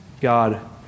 God